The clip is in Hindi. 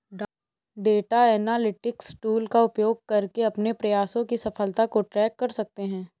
डेटा एनालिटिक्स टूल का उपयोग करके अपने प्रयासों की सफलता को ट्रैक कर सकते है